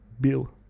bill